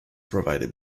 provided